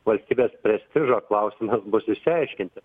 valstybės prestižo klausimas bus išsiaiškinti